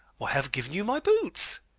why i have given you my boots.